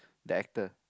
the actor